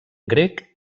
grec